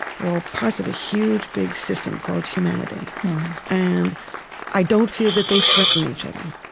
they're all parts of a huge, big system called humanity and i don't feel that they threaten each other.